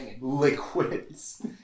liquids